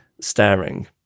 staring